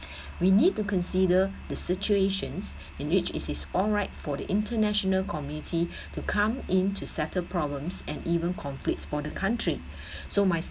we need to consider the situations in which it is all right for the international community to come in to settle problems and even conflicts for the country so my